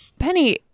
Penny